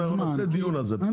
אנחנו נעשה דיון על זה, בסדר?